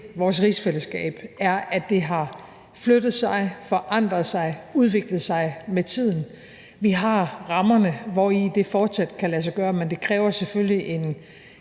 vores rigsfællesskab, er, at det har flyttet sig, forandret sig og udviklet sig med tiden. Vi har rammerne, inden for hvilke det fortsat kan lade sig gøre, men det kræver selvfølgelig en